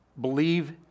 believe